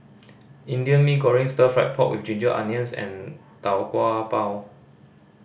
Indian Mee Goreng Stir Fried Pork With Ginger Onions and Tau Kwa Pau